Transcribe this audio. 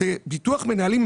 ביטוח מנהלים,